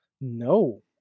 No